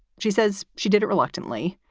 she says she did it reluctantly.